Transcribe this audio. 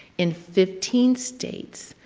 in fifteen states,